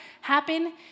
happen